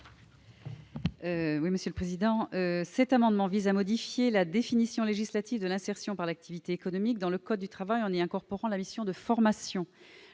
l'amendement n° 397. Cet amendement vise à modifier la définition législative de l'insertion par l'activité économique dans le code du travail en y incorporant la mission de formation.